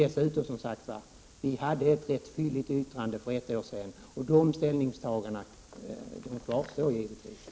Dessutom avgav vi som sagt ett fylligt yttrande för ett år sedan, och de ställningstagandena kvarstår givetvis.